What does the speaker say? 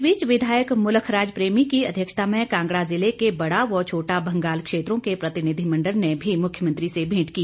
इस बीच विधायक मुलखराज प्रेमी की अध्यक्षता में कांगड़ा जिले के बड़ा व छोटा भंगाल क्षेत्रों के प्रतिनिधिमंडल ने मुख्यमंत्री से भेंट की